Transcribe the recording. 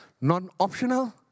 Non-optional